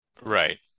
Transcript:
Right